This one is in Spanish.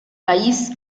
país